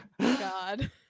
God